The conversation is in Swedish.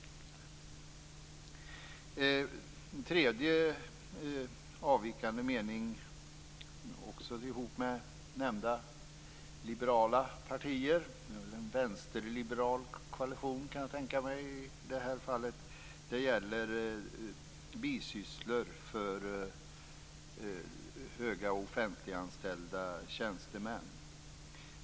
Min tredje avvikande mening har jag också ihop med nämnda liberala partier. Det är en vänsterliberal koalition, kan jag tänka mig, i det här fallet. Det gäller bisysslor för höga offentliganställda tjänstemän.